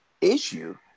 issue